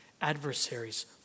adversaries